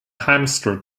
hamster